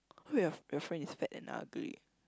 what if your friend is fat and ugly